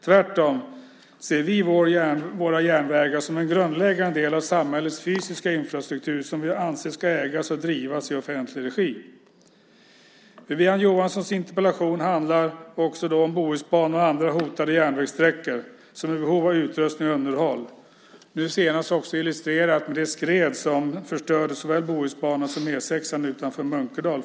Tvärtom ser vi våra järnvägar som en grundläggande del av samhällets fysiska infrastruktur som vi anser ska ägas och drivas i offentlig regi. Wiwi-Anne Johanssons interpellation handlar också om Bohusbanan och andra hotade järnvägssträckor som är i behov av upprustning och underhåll. Nu senast illustrerades behovet av det skred som före jul förstörde såväl Bohusbanan som E 6:an utanför Munkedal.